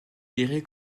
considéré